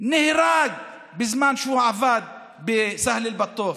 נהרג בזמן שהוא עבד בסהל אל-בטוף,